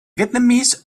vietnamese